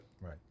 Right